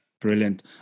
brilliant